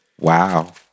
Wow